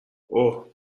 اوه